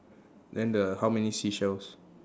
then the how many seashells